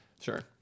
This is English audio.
Sure